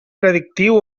predictiu